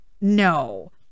No